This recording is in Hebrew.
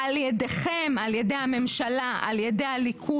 על ידיכם, על ידי הממשלה, על ידי הליכוד.